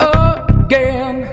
again